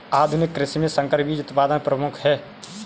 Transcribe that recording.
आधुनिक कृषि में संकर बीज उत्पादन प्रमुख है